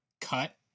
Cut